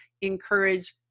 encourage